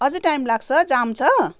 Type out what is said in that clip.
अझै टाइम लाग्छ जाम छ